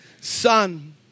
son